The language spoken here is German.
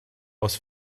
aus